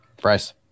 Bryce